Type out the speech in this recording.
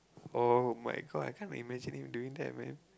oh-my-god I can't imagine him doing that man